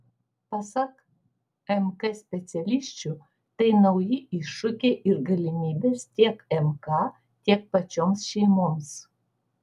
pasak mk specialisčių tai nauji iššūkiai ir galimybės tiek mk tiek pačioms šeimoms